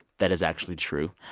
that is actually true.